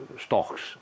stocks